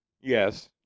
Yes